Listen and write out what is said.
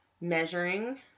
measuring